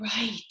Right